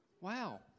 Wow